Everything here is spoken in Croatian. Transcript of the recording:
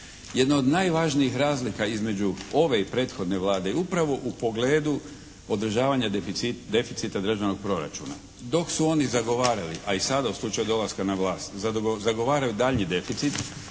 Jedna od najvažnijih razlika između ove i prethodne Vlade je upravo u pogledu održavanja deficita državnog proračuna. Dok su oni zagovarali a i sada u slučaju dolaska na vlast zagovaraju daljnji deficit